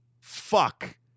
fuck